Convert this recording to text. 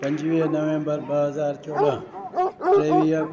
पंजवीह नवेंबर ॿ हज़ार चोॾहां टेवीह